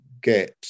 get